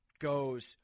goes